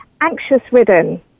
anxious-ridden